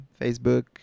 facebook